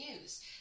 News